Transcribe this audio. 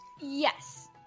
Yes